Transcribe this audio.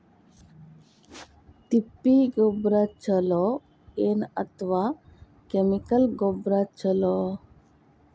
ತಿಪ್ಪಿ ಗೊಬ್ಬರ ಛಲೋ ಏನ್ ಅಥವಾ ಕೆಮಿಕಲ್ ಗೊಬ್ಬರ ಛಲೋ?